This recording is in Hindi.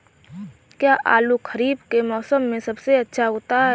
क्या आलू खरीफ के मौसम में सबसे अच्छा उगता है?